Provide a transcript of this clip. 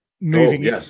Moving